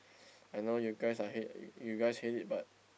I know you guys are hate you guys hate it but